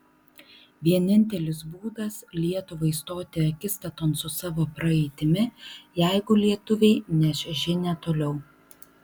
vienintelis būdas lietuvai stoti akistaton su savo praeitimi jeigu lietuviai neš žinią toliau